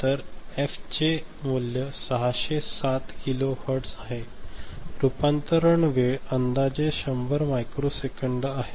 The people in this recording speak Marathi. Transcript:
तर एफ चे मूल्य 607 किलो हर्ट्ज आहे रूपांतरण वेळ अंदाजे 100 मायक्रोसेकंद आहे